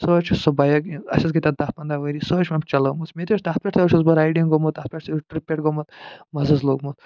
سُہ حظ چھُ سُہ بایک اَسہِ حظ گٔے تتھ دہ پنٛداہ ؤری سُہ حظ مےٚ چَلٲمٕژ مےٚ تہِ حظ چھُ تَتھ پٮ۪ٹھ بہٕ رایڈنٛگ گوٚمُت تتھ پٮ۪ٹھ ٹرٛپہِ پٮ۪ٹھ گوٚمُت مزٕ حظ لوٚگمُت